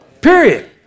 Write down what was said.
Period